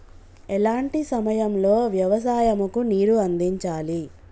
ఎలాంటి సమయం లో వ్యవసాయము కు నీరు అందించాలి?